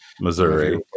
Missouri